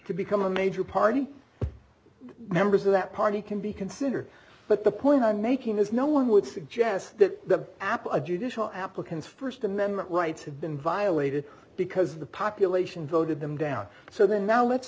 to become a major party members of that party can be considered but the point i'm making is no one would suggest that the apple of judicial applicants first amendment rights have been violated because the population voted them down so the now let's